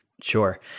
Sure